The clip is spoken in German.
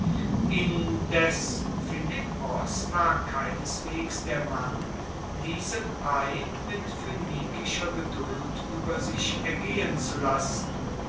indes philippos war keineswegs der mann diese pein mit phoenikischer geduld ueber sich ergehen zu lassen